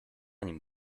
nim